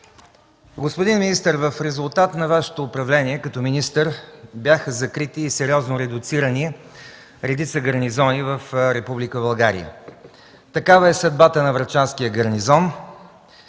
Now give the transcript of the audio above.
господин министър, в резултат на Вашето управление като министър бяха закрити и сериозно редуцирани редица гарнизони в Република България. Такава е съдбата на Врачанския гарнизон.